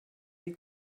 die